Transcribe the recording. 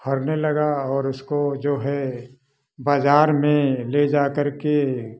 फरने लगा और उसको जो है बाजार में ले जाकर के